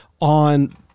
on